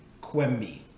Quemby